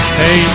hey